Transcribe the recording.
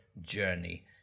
journey